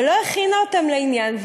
ולא הכינה אותם לעניין,